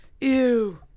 Ew